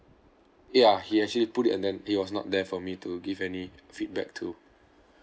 ya he actually put it and then he was not there for me to give any feedback to